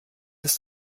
ist